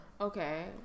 Okay